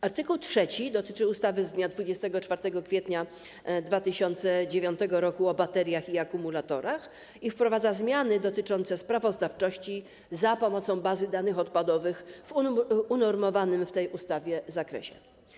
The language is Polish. Art. 3 dotyczy ustawy z dnia 24 kwietnia 2009 r. o bateriach i akumulatorach i wprowadza zmiany dotyczące sprawozdawczości za pomocą bazy danych odpadowych w unormowanym w tej ustawie zakresie.